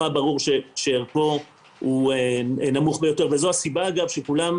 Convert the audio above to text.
ברור שהוא נמוך ביותר וזו הסיבה שכולם